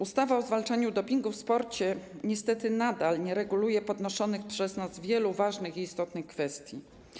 Ustawa o zwalczaniu dopingu w sporcie niestety nadal nie reguluje podnoszonych przez nas wielu ważnych, istotnych kwestii.